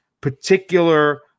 particular